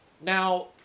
Now